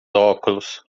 óculos